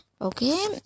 okay